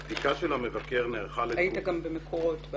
בעבר היית גם במקורות.